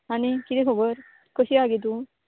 आनी किदें खबर कशी आहा गे तूं